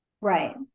Right